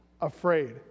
afraid